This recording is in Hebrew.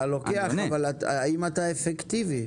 האם אתה אפקטיבי?